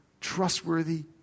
trustworthy